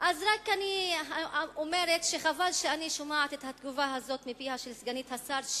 רק אומרת שחבל שאני שומעת את התגובה הזאת מפיה של סגנית השר,